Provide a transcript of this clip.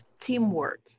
teamwork